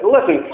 Listen